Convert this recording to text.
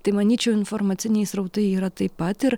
tai manyčiau informaciniai srautai yra taip pat ir